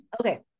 Okay